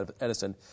Edison